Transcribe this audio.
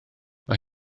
mae